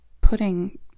putting